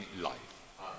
life